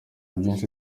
byinshi